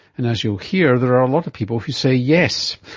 and as you'll hear, there are a lot of people who say yes.